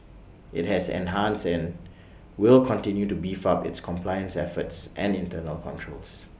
IT has enhanced and will continue to beef up its compliance efforts and internal controls